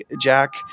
jack